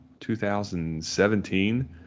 2017